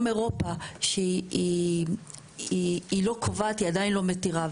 גם אירופה שהיא לא קובעת, היא עדיין לא מתירה.